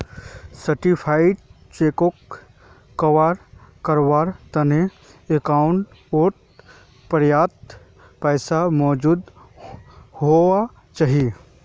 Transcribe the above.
certified चेकोक cover कारवार तने अकाउंटओत पर्याप्त पैसा मौजूद हुवा चाहि